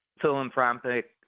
philanthropic